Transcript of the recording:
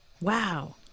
Wow